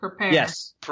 yes